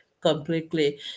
completely